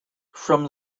from